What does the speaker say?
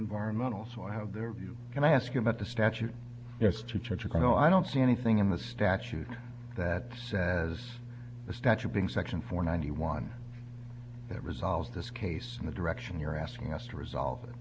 environmental so i have their view can i ask you about the statute as to church or go i don't see anything in the statute that says a statute being section for ninety one that resolves this case in the direction you're asking us to resolve it